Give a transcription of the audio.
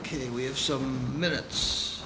ok we have seven minutes